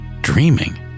dreaming